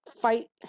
fight